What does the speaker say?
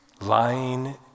lying